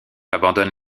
abandonne